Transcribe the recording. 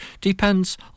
depends